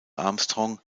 armstrong